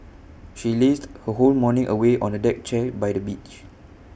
she lazed her whole morning away on A deck chair by the beach